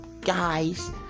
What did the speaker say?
guys